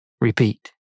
repeat